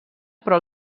però